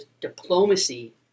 diplomacy